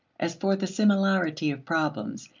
as for the similarity of problems,